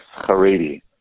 Haredi